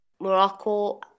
Morocco